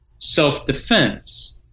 self-defense